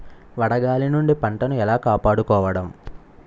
వడగాలి నుండి పంటను ఏలా కాపాడుకోవడం?